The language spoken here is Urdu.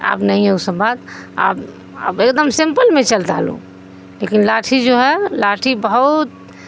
اب نہیں ہے وہ سب بات اب اب ایک دم سمپل میں چلتا ہے لوگ لیکن لاٹھی جو ہے لاٹھی بہت